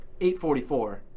844